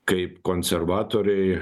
kaip konservatoriai